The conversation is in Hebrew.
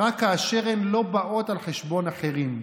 רק כאשר הן לא באות על חשבון אחרים,